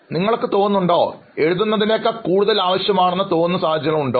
നിങ്ങൾക്ക് തോന്നുന്നുണ്ടോ എഴുതുന്നതിനേക്കാൾ കൂടുതൽ ആവശ്യമാണെന്നു തോന്നുന്ന സാഹചര്യങ്ങൾ ഉണ്ടോ